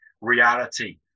reality